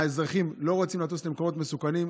האזרחים לא רוצים לטוס למקומות מסוכנים,